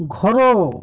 ଘର